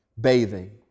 bathing